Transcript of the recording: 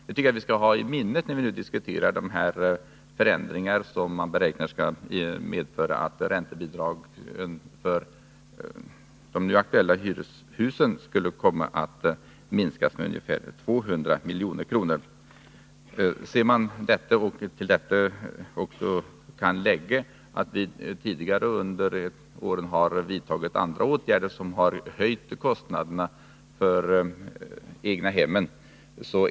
Det tycker jag vi skall hålla i minnet när vi nu diskuterar de förändringar som man beräknar kan medföra att räntebidragen för de aktuella hyreshusen minskas med ungefär 200 milj.kr. Till detta skall läggas att vi tidigare under våren vidtagit andra åtgärder som höjt kostnaderna för egnahemmen.